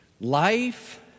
Life